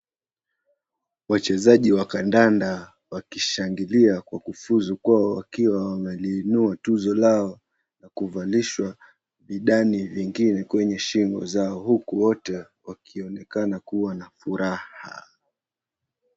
Wachezaji wa kadanda wakishangilia kwa kufuzu kwao wakiwa wameliinua tuzo Lao kuvalishwa idani vingine kwenye shingo zao, huku wote wakionekana kuwa na furaha.